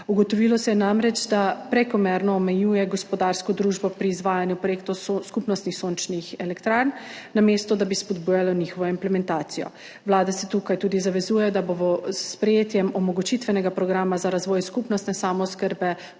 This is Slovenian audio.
Ugotovilo se je namreč, da prekomerno omejuje gospodarsko družbo pri izvajanju projektov skupnostni sončnih elektrarn, namesto da bi spodbujala njihovo implementacijo. Vlada se tukaj tudi zavezuje, da bo s sprejetjem omogočitvenega programa za razvoj skupnostne samooskrbe